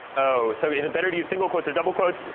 oh. so is it better to use single quotes or double quotes?